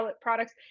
products